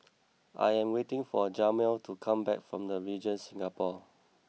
I am waiting for Jamal to come back from The Regent Singapore